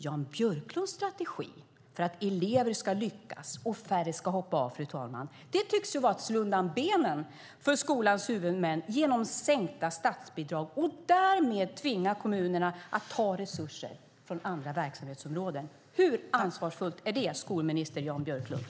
Jan Björklunds strategi för att elever ska lyckas och för att färre ska hoppa av tycks vara att slå undan benen för skolans huvudmän genom sänkta statsbidrag och att därmed tvinga kommunerna att ta resurser från andra verksamhetsområden. Hur ansvarsfullt är det, skolminister Björklund?